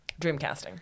Dreamcasting